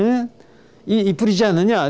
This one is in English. yeah yeah